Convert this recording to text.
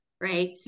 right